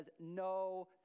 no